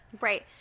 right